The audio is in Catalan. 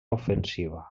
ofensiva